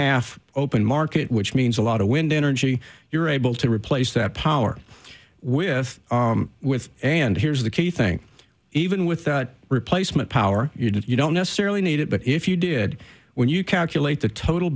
half open market which means a lot of wind energy you're able to replace that power with with and here's the key thing even with that replacement power you don't necessarily need it but if you did when you calculate the total